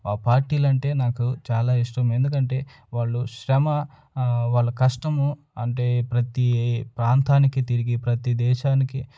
ఆ పార్టీలంటే నాకు చాలా ఇష్టం ఎందుకంటే వాళ్ళు శ్రమ వాళ్ళ కష్టము అంటే ప్రతీ ప్రాంతానికి తిరిగి ప్రతీ దేశానికి